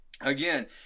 Again